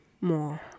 more